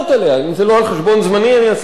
אם זה לא על חשבון זמני, אני אעשה את זה ברצון.